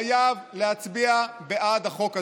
חייב להצביע בעד החוק הזה.